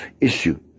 issue